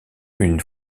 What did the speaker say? une